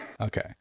Okay